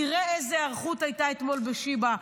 תראה איזו היערכות הייתה אתמול בשיבא,